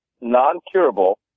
non-curable